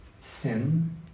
Sin